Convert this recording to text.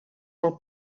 del